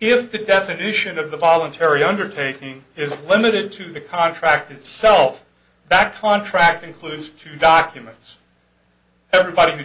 if the definition of a voluntary undertaking is limited to the contract itself back contract includes two documents everybody